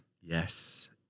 Yes